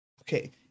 Okay